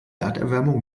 erderwärmung